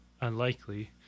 unlikely